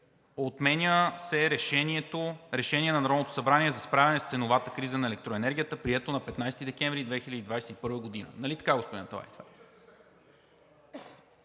„отменя се Решение на Народното събрание за справяне с ценовата криза на електроенергията, прието на 15 декември 2021 г.“ Нали така, господин Аталай?